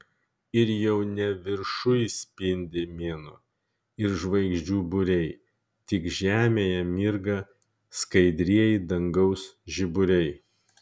ir jau ne viršuj spindi mėnuo ir žvaigždžių būriai tik žemėje mirga skaidrieji dangaus žiburiai